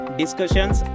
discussions